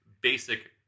basic